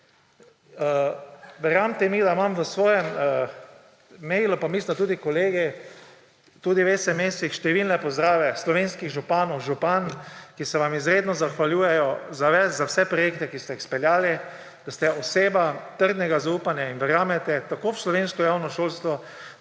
Verjemite mi, da imam v svojem mailu, pa mislim, da tudi kolegi, tudi v SMS-ih številne pozdrave slovenskih županov, županj, ki se vam izredno zahvaljujejo za vse projekte, ki ste jih izpeljali, da ste oseba trdnega zaupanja in verjamete tako v slovensko javno šolstvo